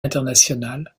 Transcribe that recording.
international